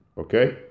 okay